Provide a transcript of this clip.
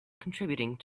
contributing